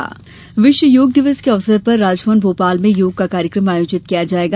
योग विश्व योग दिवस के अवसर पर राजभवन भोपाल में योग का कार्यक्रम आयोजित किया जायेगा